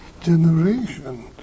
generation